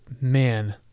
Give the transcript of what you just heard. man